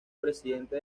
presidente